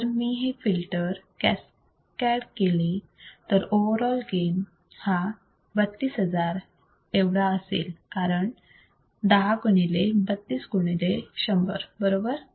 जर मी हे फिल्टर कॅसकॅड केले तर ओवरऑल गेन हा 32000 एवढा असेल कारण 10 गुणिले 32 गुणिले 100 बरोबर